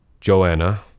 Joanna